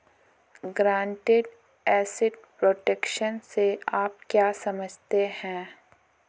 Guaranteed asset protection से आप क्या समझते हैं?